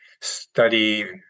study